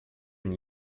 and